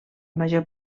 major